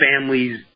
families